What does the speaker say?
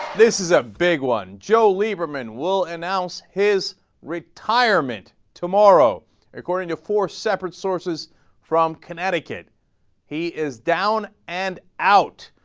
this is a big one still weaver men will and house his retirement tomorrow according to four separate sources from connecticut he is down and out